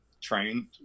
trained